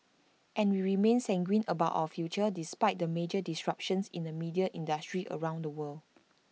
and we remain sanguine about our future despite the major disruptions in the media industry around the world